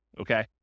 okay